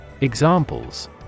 Examples